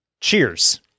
Cheers